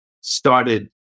started